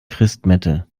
christmette